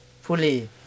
fully